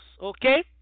okay